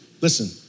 Listen